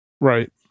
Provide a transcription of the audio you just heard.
Right